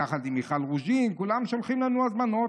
יחד עם מיכל רוזין, כולם שולחים לנו הזמנות.